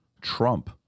Trump